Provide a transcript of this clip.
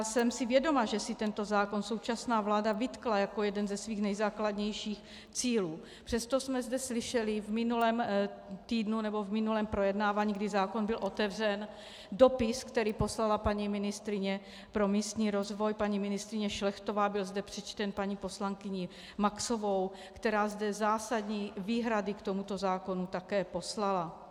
Jsem si vědoma, že si tento zákon současná vláda vytkla jako jeden ze svých nejzákladnějších cílů, přesto jsme zde slyšeli v minulém týdnu, nebo v minulém projednávání, kdy zákon byl otevřen, dopis, který poslala paní ministryně pro místní rozvoj, paní ministryně Šlechtová, byl zde přečten paní poslankyní Maxovou, která zde zásadní výhrady k tomuto zákonu také poslala.